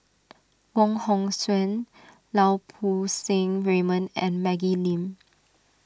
Wong Hong Suen Lau Poo Seng Raymond and Maggie Lim